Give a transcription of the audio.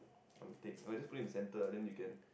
I'm going to take no I just put it in the center ah then you can